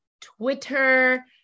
Twitter